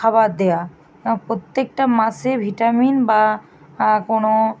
খাবার দেওয়া প্রত্যেকটা মাসে ভিটামিন বা কোনও